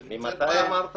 ש --- ממתי זה?